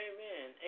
Amen